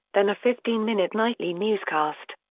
then a fifteen minute nightly newscast.